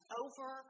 over